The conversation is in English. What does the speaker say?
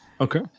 Okay